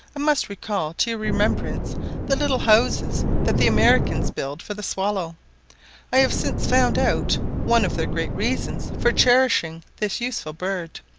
i must recall to your remembrance the little houses that the americans build for the swallow i have since found out one of their great reasons for cherishing this useful bird.